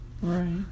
Right